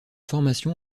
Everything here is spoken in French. formation